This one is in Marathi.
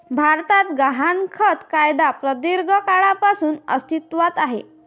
भारतात गहाणखत कायदा प्रदीर्घ काळापासून अस्तित्वात आहे